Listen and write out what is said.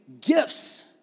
gifts